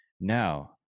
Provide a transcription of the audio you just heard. Now